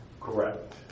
Correct